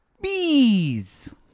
Bees